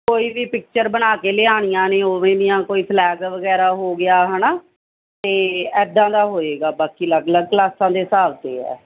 ਕੋਈ ਵੀ ਪਿਕਚਰ ਬਣਾ ਕੇ ਲਿਆਉਣੀਆਂ ਨੇ ਉਵੇਂ ਦੀਆਂ ਕੋਈ ਫਲੈਗ ਵਗੈਰਾ ਹੋ ਗਿਆ ਹੈ ਨਾ ਅਤੇ ਇੱਦਾਂ ਦਾ ਹੋਵੇਗਾ ਬਾਕੀ ਅਲੱਗ ਅਲੱਗ ਕਲਾਸਾਂ ਦੇ ਹਿਸਾਬ 'ਤੇ ਹੈ